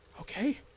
Okay